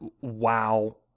wow